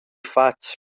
fatg